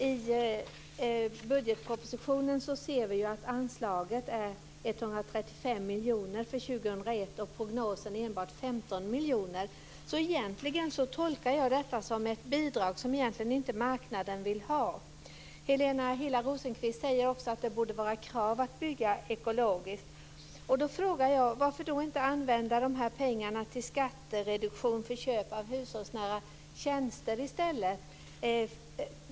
I budgetpropositionen ser vi att anslaget är 135 miljoner för 2001 och prognosen enbart 15 miljoner. Jag tolkar därför detta som ett bidrag som marknaden egentligen inte vill ha. Helena Hillar Rosenqvist säger också att det borde vara krav på att bygga ekologiskt. Då frågar jag: Varför inte använda de här pengarna till skattereduktion för köp av hushållsnära tjänster i stället?